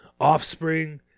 Offspring